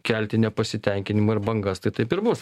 kelti nepasitenkinimą ir bangas tai taip ir bus